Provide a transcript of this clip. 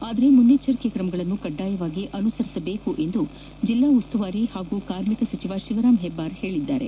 ಆದರೆ ಮುನ್ನೆಚ್ಚರಿಕೆ ಕ್ರಮಗಳನ್ನು ಕಡ್ಡಾಯವಾಗಿ ಅನುಸರಿಸಬೇಕು ಎಂದು ಜಿಲ್ಲಾ ಉಸ್ತುವಾರಿ ಹಾಗೂ ಕಾರ್ಮಿಕ ಸಚಿವ ಶಿವರಾಂ ಹೆಬ್ಬಾರ್ ಹೇಳಿದ್ದಾರೆ